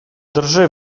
drży